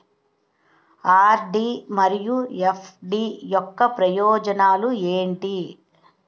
RD మరియు FD యొక్క ప్రయోజనాలు ఏంటి?